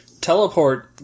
Teleport